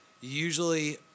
usually